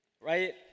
right